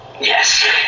Yes